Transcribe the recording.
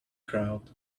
crowd